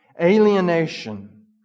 alienation